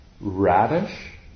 radish